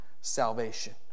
salvation